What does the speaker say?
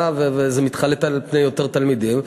וזה מתחלק על-פני יותר תלמידים.